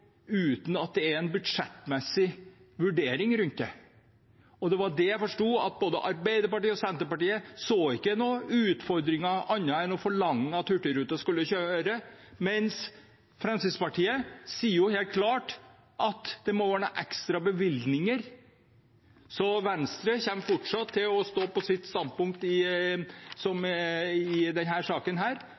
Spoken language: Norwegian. uten at det er en budsjettmessig vurdering rundt det. Det var det jeg forsto, at både Arbeiderpartiet og Senterpartiet ikke så noen utfordringer annet enn å forlange at Hurtigruten skulle kjøre, mens Fremskrittspartiet sier helt klart at det må komme noen ekstra bevilgninger. Venstre kommer fortsatt til å stå på sitt standpunkt i denne saken, og vi avviser de forslagene som